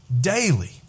Daily